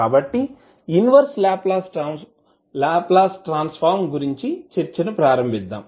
కాబట్టి inverse Laplace transform గురించి చర్చను ప్రారంభిద్దాం